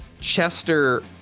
Chester